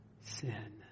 sin